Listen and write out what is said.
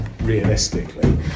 realistically